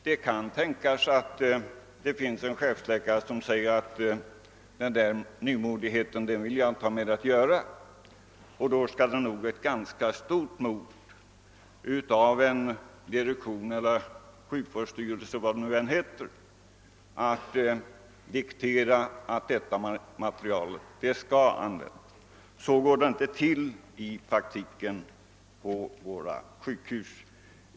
Det kan tänkas att en och annan chefsläkare säger att han inte vill ha med denna nymodighet att göra, och då vill det till en ganska stor portion mod hos en direktion eller en sjukvårdsstyrelse att ändå diktera att materialet skall användas. Så går det i praktiken inte till vid våra sjukhus.